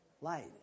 light